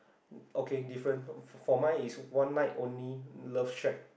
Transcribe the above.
okay different for mine it's one night only love shack